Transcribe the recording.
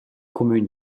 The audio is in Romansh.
cumün